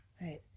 right